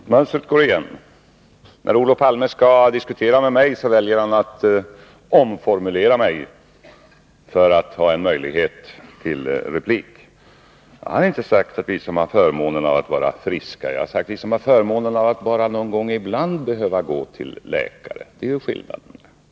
Fru talman! Mönstret går igen. När Olof Palme skall diskutera med mig, väljer han att omformulera mig för att ha en möjlighet till replik. Jag har inte sagt ”vi som har förmånen av att vara friska”, utan jag har sagt ”vi som har förmånen av att bara någon gång ibland behöva gå till läkare”. Det är skillnad.